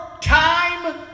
time